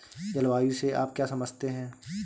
जलवायु से आप क्या समझते हैं?